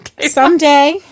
Someday